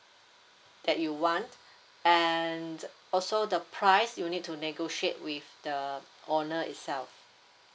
that you want and also the price you'll need to negotiate with the owner itself